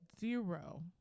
zero